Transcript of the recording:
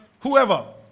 whoever